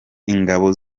ingabo